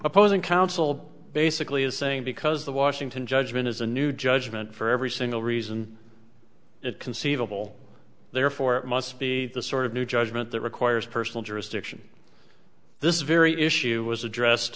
opposing counsel basically is saying because the washington judgment is a new judgment for every single reason it conceivable therefore it must be the sort of new judgment that requires personal jurisdiction this very issue was addressed